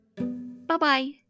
bye-bye